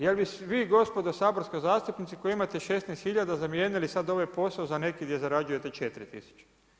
Jel' bi vi gospodo saborska zastupnice koja imate 16 hiljada zamijenili sad ovaj posao za neki gdje zarađujete 4000.